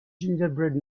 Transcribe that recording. gingerbread